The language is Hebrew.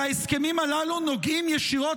כי ההסכמים הללו נוגעים ישירות